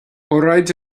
óráid